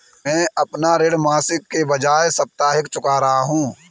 मैं अपना ऋण मासिक के बजाय साप्ताहिक चुका रहा हूँ